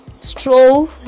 stroll